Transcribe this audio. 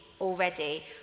already